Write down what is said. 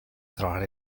trabajar